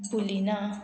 तुलिना